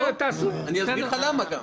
אני אסביר לך למה גם.